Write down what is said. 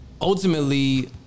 ultimately